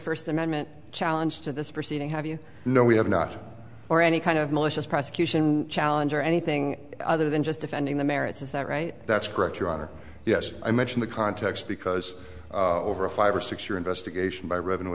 first amendment challenge to this proceeding have you know we have not or any kind of malicious prosecution challenge or anything other than just defending the merits is that right that's correct your honor yes i mention the context because over a five or six year investigation by revenue